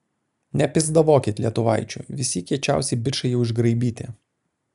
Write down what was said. nepisdavokit lietuvaičių visi kiečiausi bičai jau išgraibyti